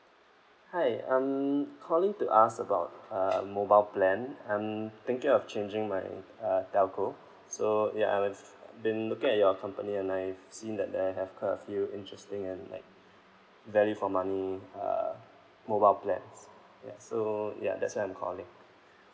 hi I'm calling to ask about a mobile plan I'm thinking of changing my uh telco so ya I was been looking at your company and I've seen that I have quite a few interesting and like value for money uh mobile plans ya so ya that's why I'm calling